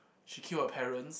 she kill her parents